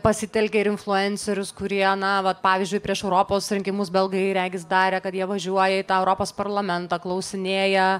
pasitelkia ir influencerius kurie na vat pavyzdžiui prieš europos rinkimus belgai regis darė kad jie važiuoja į tą europos parlamentą klausinėja